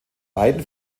beiden